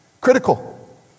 critical